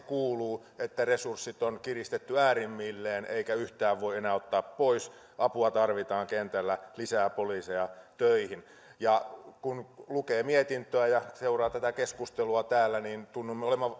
kuuluu että resurssit on kiristetty äärimmilleen eikä yhtään voi enää ottaa pois apua tarvitaan kentällä lisää poliiseja töihin kun lukee mietintöä ja seuraa keskustelua täällä niin tunnumme